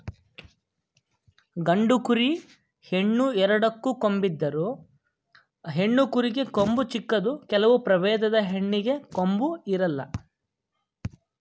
ಗಂಡು ಕುರಿ, ಹೆಣ್ಣು ಎರಡಕ್ಕೂ ಕೊಂಬಿದ್ದರು, ಹೆಣ್ಣು ಕುರಿಗೆ ಕೊಂಬು ಚಿಕ್ಕದು ಕೆಲವು ಪ್ರಭೇದದ ಹೆಣ್ಣಿಗೆ ಕೊಂಬು ಇರಲ್ಲ